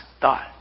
thought